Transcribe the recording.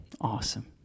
Awesome